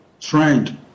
trend